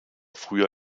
früher